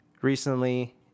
recently